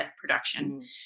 production